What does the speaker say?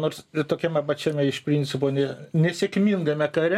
nors tokiame pačiame iš principo ne nesėkmingame kare